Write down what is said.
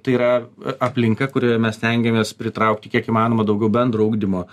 tai yra aplinka kurioje mes stengiamės pritraukti kiek įmanoma daugiau bendro ugdymo